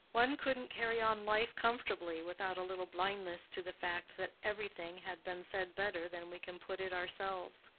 one couldn't carry on life comfortably without a little blindness to the fact that everything had been said better than we can put it ourselves.